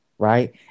right